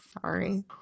sorry